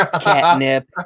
catnip